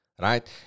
right